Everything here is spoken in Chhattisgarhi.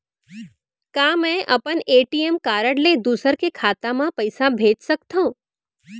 का मैं अपन ए.टी.एम कारड ले दूसर के खाता म पइसा भेज सकथव?